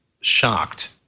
shocked